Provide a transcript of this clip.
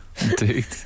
Indeed